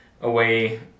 away